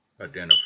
identify